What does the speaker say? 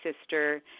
sister